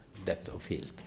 depth of field.